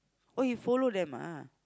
oh you follow them ah